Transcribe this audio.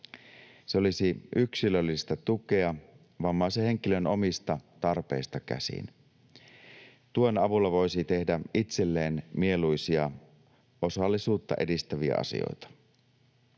Se olisi yksilöllistä tukea vammaisen henkilön omista tarpeista käsin. Tuen avulla voisi tehdä itselleen mieluisia osallisuutta edistäviä asioita.